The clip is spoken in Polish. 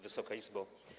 Wysoka Izbo!